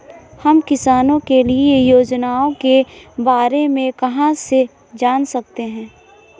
हम किसानों के लिए योजनाओं के बारे में कहाँ से जान सकते हैं?